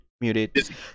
muted